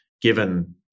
given